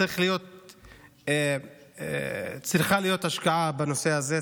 לכן צריכה להיות השקעה בנושא הזה,